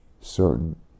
certain